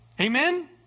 Amen